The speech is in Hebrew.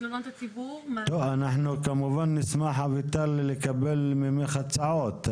טוב, אנחנו כמובן נשמח, אביטל, לקבל ממך הצעות.